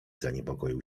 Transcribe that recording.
zaniepokoił